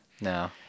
No